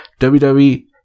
WWE